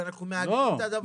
ואנחנו מעגנים את הדבר הזה בחוק.